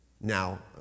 Now